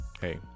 Hey